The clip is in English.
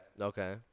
Okay